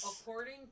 According